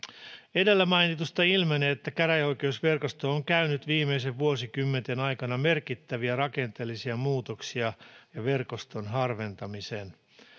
edellä mainitusta ilmenee että käräjäoikeusverkosto on käynyt läpi viimeisten vuosikymmenten aikana merkittäviä rakenteellisia muutoksia ja verkoston harventamisen